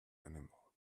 animal